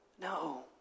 No